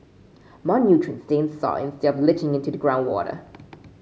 more nutrients stay in the soil instead of leaching into the groundwater